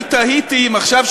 אני תהיתי אם עכשיו,